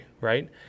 right